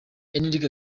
enrique